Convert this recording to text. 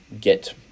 get